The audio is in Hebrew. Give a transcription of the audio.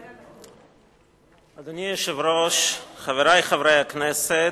אדוני היושב-ראש, חברי חברי הכנסת,